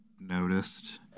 noticed